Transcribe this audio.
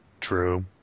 True